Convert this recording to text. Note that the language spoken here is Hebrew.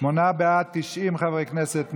שמונה בעד, 90 חברי כנסת נגד.